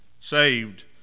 saved